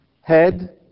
head